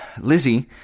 Lizzie